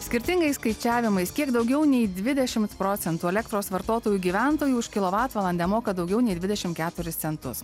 skirtingais skaičiavimais kiek daugiau nei dvidešimt procentų elektros vartotojų gyventojų už kilovatvalandę moka daugiau nei dvidešim keturis centus